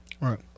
Right